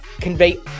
convey